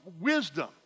wisdom